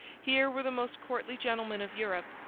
here were the most courtly gentlemen of europe,